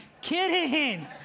Kidding